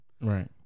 Right